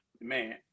man